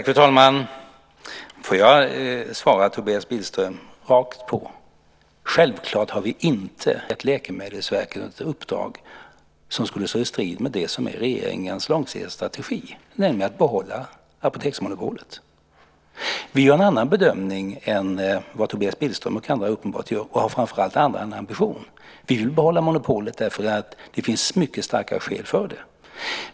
Fru talman! Får jag svara Tobias Billström rakt på: Självklart har vi inte givit Läkemedelsverket något uppdrag som står i strid med det som är regeringens långsiktiga strategi, nämligen att behålla apoteksmonopolet. Vi gör en annan bedömning än vad Tobias Billström och andra uppenbarligen gör och har framför allt en annan ambition. Vi vill behålla monopolet, för det finns mycket starka skäl för det.